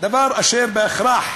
דבר אשר בהכרח